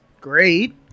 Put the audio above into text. great